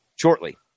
shortly